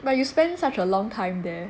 but you spend such a long time there